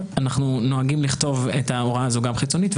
אנחנו נוהגים לכתוב את ההוראה הזאת גם חיצונית,